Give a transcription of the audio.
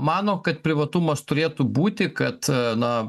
mano kad privatumas turėtų būti kad na